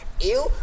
ew